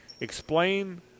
Explain